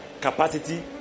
capacity